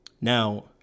Now